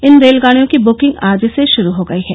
इन रेलगाडियों की वुकिंग आज से शुरू हो गई हैं